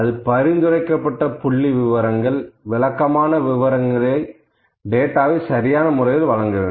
அது பரிந்துரைக்கப்பட்ட புள்ளி விவரங்கள் விளக்கமான விவரங்களில் டேட்டாவை சரியான முறையில் வழங்க வேண்டும்